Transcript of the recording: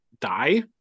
die